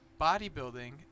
bodybuilding